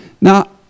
Now